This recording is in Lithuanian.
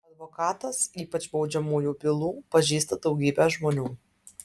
advokatas ypač baudžiamųjų bylų pažįsta daugybę žmonių